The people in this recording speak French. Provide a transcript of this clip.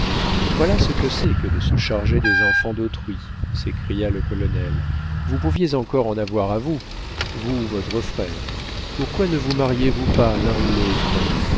voilà ce que c'est que de se charger des enfants d'autrui s'écria le colonel vous pouviez encore en avoir à vous vous ou votre frère pourquoi ne vous mariez-vous pas l'un ou l'autre